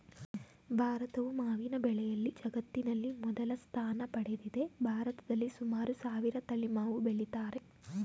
ಭಾರತವು ಮಾವಿನ ಬೆಳೆಯಲ್ಲಿ ಜಗತ್ತಿನಲ್ಲಿ ಮೊದಲ ಸ್ಥಾನ ಪಡೆದಿದೆ ಭಾರತದಲ್ಲಿ ಸುಮಾರು ಸಾವಿರ ತಳಿ ಮಾವು ಬೆಳಿತಾರೆ